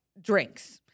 drinks